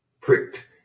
pricked